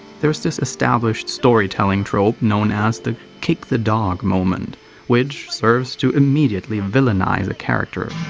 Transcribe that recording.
there's this established storytelling-trope known as the kick the dog moment which serves to immediately villainize a character.